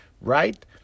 right